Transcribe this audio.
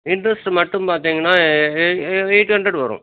interest மட்டும் பார்த்தீங்கன்னா uh eight hundred வரும்